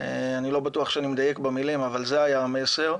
אני לא בטוח שאני מדייק במילים, אבל זה היה המסר.